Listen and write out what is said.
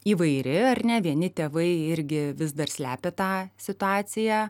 įvairi ar ne vieni tėvai irgi vis dar slepia tą situaciją